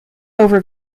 over